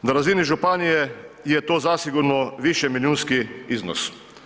Na razini županije je to zasigurno višemilijunski iznos.